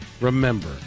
remember